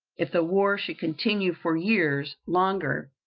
if the war should continue four years longer,